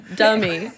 dummy